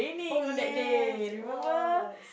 oh yes it was